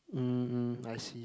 um I see